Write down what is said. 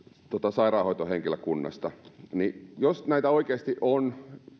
sairaanhoitohenkilökunnasta jos näitä tavaroita oikeasti on